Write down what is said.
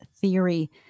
theory